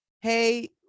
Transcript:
Hey